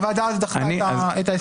הוועדה דחתה אז את ההסדר.